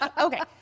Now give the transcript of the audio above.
Okay